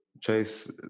Chase